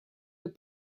del